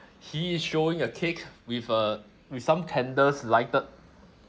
he is showing a cake with uh with some candles lighted